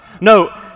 No